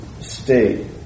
state